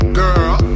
girl